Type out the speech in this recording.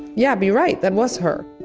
yeah be right that was her.